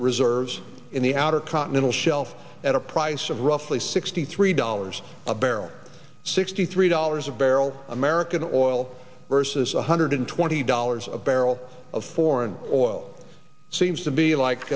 reserves in the outer continental shelf at a price of roughly sixty three dollars a barrel sixty three dollars a barrel american oil versus one hundred twenty dollars a barrel of foreign oil seems to be